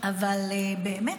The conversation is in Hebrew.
אבל באמת